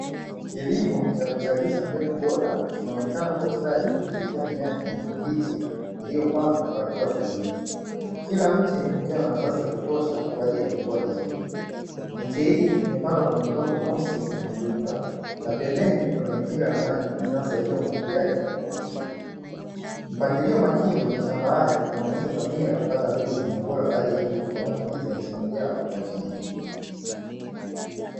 Kilimo cha kuzalisha mbegu bora kinaonekana kwa ustadi kupitia mimea ya kijani kibichi iliyo pandwa kwa hatua sahihi. Kila mche ukiwa na nafasi ya kutosha kwa ajili ya kukua vizuri, miche hii imepandwa kwenye udongo mweusi wenye rutuba na pembeni kuna mipira ya maji inayosaidia umwagiliaji kwa uhakika. Mpangilio makini wa mashamba haya unaonesha dhamira kupata mbegu zenye ubora wa hali ya juu kwa matumizi ya msimu ujao kwa kilimo.